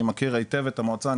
אני מכיר היטב את המועצה,